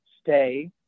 stay